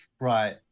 right